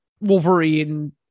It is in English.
Wolverine